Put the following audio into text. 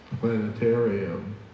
Planetarium